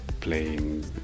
playing